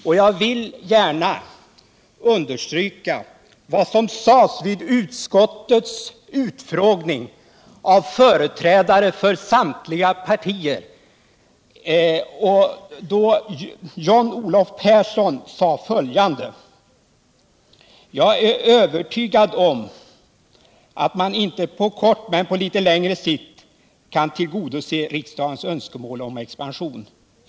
Och jag vill gärna understryka vad som sades vid utskottets utfrågning inför företrädare för samtliga partier. John-Olof Persson sade följande: ”Jag är ganska övertygad om att man inte på kort men på litet längre sikt kan tillgodose riksdagens önskemål om expansion.